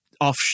off